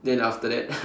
then after that